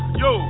yo